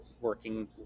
working